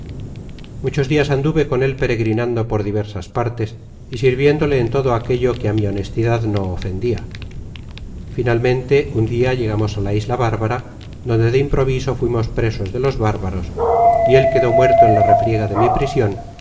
muchos dias anduve con él peregrinando por diversas partes y sirviéndole en todo aquello que á mi honestidad no ofendia finalmente un dia llegamos a la isla bárbara donde de improviso fuimos presos de los bárbaros y él quedó muerto en la refriega de mi prision